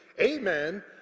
amen